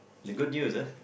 the good news uh